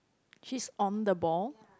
she's on the ball